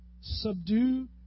subdue